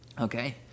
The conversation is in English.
Okay